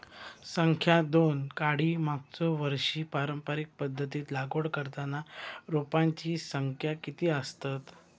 संख्या दोन काडी मागचो वर्षी पारंपरिक पध्दतीत लागवड करताना रोपांची संख्या किती आसतत?